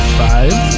five